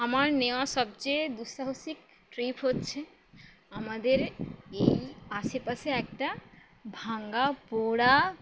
আমার নেওয়া সবচেয়ে দুঃসাহসিক ট্রিপ হচ্ছে আমাদের এই আশেপাশে একটা ভাঙ্গা পোড়া